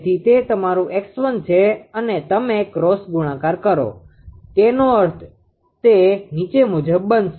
તેથી તે તમારું 𝑥1 છે અને તમે ક્રોસ ગુણાકાર કરો તેનો અર્થ તે નીચે મુજબ બનશે